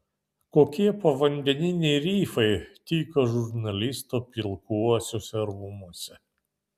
kokie povandeniniai rifai tyko žurnalisto pilkuosiuose rūmuose